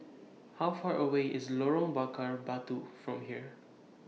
How Far away IS Lorong Bakar Batu from here